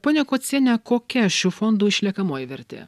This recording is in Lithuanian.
ponia kociene kokia šių fondų išliekamoji vertė